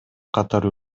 катар